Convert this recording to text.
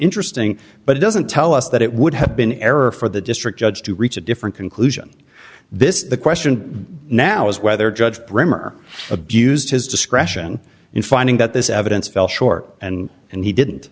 interesting but it doesn't tell us that it would have been error for the district judge to reach a different conclusion this is the question now is whether judge bremer abused his discretion in finding that this evidence fell short and and he